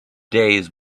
days